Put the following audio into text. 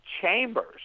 chambers